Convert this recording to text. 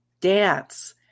dance